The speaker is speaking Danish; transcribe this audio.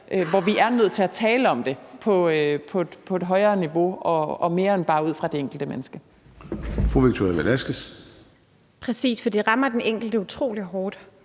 hvor vi er nødt til at tale om det på et højere niveau og mere end bare ud fra det enkelte menneske.